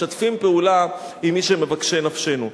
משתפים פעולה עם מי שהם מבקשי נפשנו.